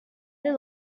they